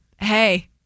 hey